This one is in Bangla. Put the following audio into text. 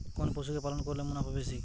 কোন পশু কে পালন করলে মুনাফা বেশি?